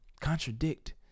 contradict